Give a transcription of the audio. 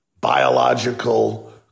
biological